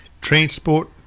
transport